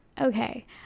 Okay